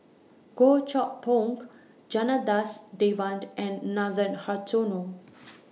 Goh Chok Tong Janadas Devan and Nathan Hartono